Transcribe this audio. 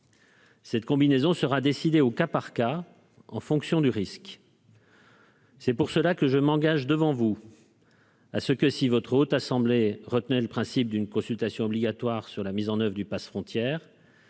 Cette combinaison sera décidée au cas par cas en fonction du risque. C'est pour cela que je m'engage devant vous. à ce que si votre haute assemblée retenait le principe d'une consultation obligatoire sur la mise en oeuvre du Pass Frontières